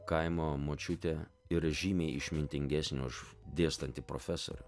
kaimo močiutė yra žymiai išmintingesnė už dėstanti profesorių